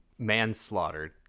manslaughtered